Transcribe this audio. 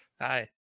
Hi